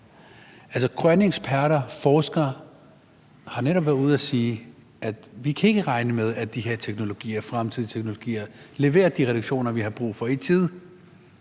grønne eksperter, forskere, har netop været ude at sige, at vi ikke kan regne med, at de her teknologier, fremtidens teknologier, leverer de reduktioner, vi har brug for, i tide.